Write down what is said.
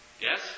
Yes